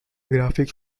graphics